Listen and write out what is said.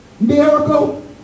miracle